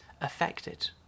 affected